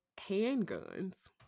handguns